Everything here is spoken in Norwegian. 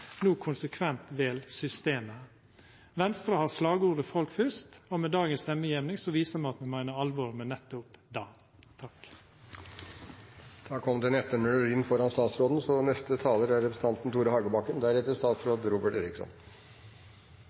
no konsekvent vel systemet. Venstre har slagordet «Folk fyrst», og med dagens stemmegjeving viser me at me meiner alvor med nettopp